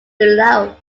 below